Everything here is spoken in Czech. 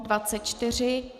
24.